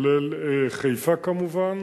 כולל חיפה כמובן.